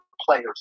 players